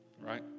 Right